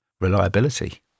reliability